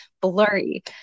blurry